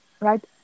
Right